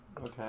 Okay